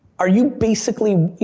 are you basically, you